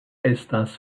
estas